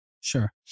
Sure